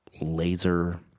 laser